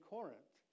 Corinth